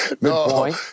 no